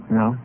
no